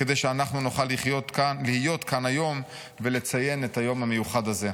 כדי שאנחנו נוכל להיות כאן היום ולציין את היום המיוחד הזה.